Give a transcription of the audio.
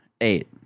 eight